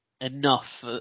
enough